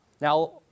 Now